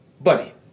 buddy